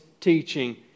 teaching